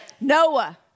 Noah